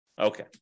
okay